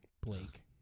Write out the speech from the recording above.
Blake